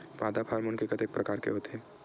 पादप हामोन के कतेक प्रकार के होथे?